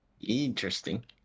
Interesting